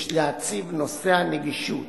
יש להציב את נושא הנגישות